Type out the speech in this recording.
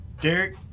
Derek